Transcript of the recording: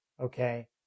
okay